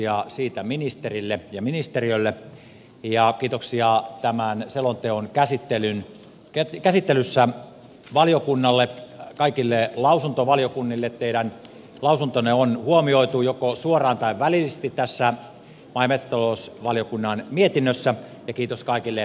kiitoksia siitä ministerille ja ministeriölle ja kiitoksia tämän selonteon käsittelystä valiokunnalle kaikille lausuntovaliokunnille teidän lausuntonne on huomioitu joko suoraan tai välillisesti tässä maa ja metsätalousvaliokunnan mietinnössä ja kiitos kaikille asiantuntijoille